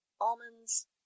almonds